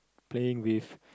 playing with